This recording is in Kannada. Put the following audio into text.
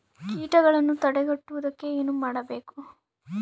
ಕೇಟಗಳನ್ನು ತಡೆಗಟ್ಟುವುದಕ್ಕೆ ಏನು ಮಾಡಬೇಕು?